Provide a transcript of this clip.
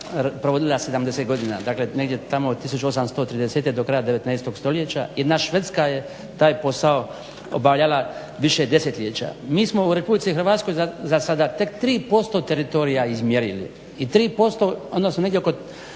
provodila 70 godina, dakle negdje tamo od 1830. do kraja 19. stoljeća. Jedna Švedska je taj posao obavljala više desetljeća. Mi smo u Republici Hrvatskoj za sada tek 3% teritorija izmjerili i negdje oko